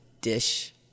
dish